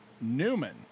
Newman